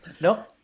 No